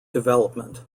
development